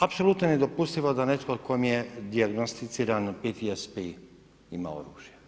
Apsolutno je nedopustivo da netko kojem je dijagnosticiran PTSP ima oružje.